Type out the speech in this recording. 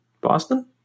Boston